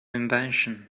invention